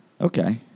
Okay